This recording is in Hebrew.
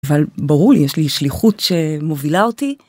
אבל ברור לי. יש לי שליחות שמובילה אותי.